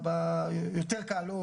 יותר קל לו,